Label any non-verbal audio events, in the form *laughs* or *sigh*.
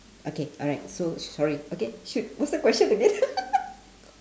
okay alright so sorry okay shoot what's the question again *laughs*